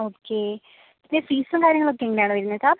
okay പിന്നെ ഫീസും കാര്യങ്ങളൊക്കെ എങ്ങനെയാണ് വരുന്നത് സാർ